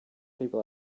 people